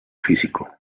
físico